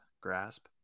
grasp